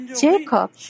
Jacob